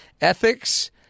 ethics